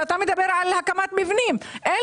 אתה מדבר על הקמת מבנים אבל לנו אין